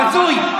בזוי.